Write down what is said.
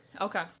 Okay